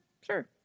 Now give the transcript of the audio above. Sure